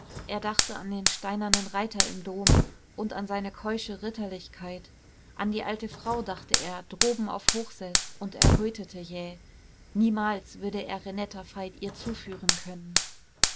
er dachte an den steinernen reiter im dom und an seine keusche ritterlichkeit an die alte frau dachte er droben auf hochseß und errötete jäh niemals würde er renetta veit ihr zuführen können